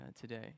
today